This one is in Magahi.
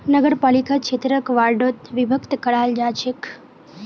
नगरपालिका क्षेत्रक वार्डोत विभक्त कराल जा छेक